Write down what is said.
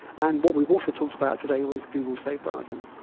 and what we've also talked about today was google safe browsing.